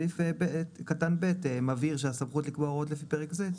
סעיף קטן (ב) מבהיר שהסמכות לקבוע הוראות לפי פרק זה,